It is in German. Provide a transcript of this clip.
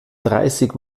dreißig